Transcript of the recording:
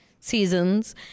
seasons